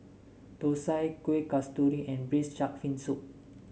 thosai Kuih Kasturi and Braised Shark Fin Soup